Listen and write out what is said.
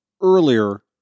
earlier